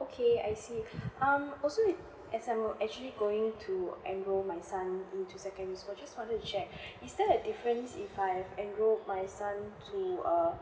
okay I see okay um also if as i'm actually going to enroll my son into secondary school just wanted to check is there a difference if I enroll my son to a